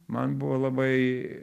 man buvo labai